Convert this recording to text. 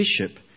bishop